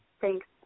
Thanks